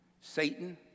Satan